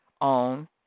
on